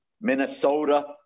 Minnesota